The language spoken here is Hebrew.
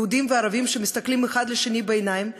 יהודים וערבים שמסתכלים אחד לשני בעיניים ואומרים: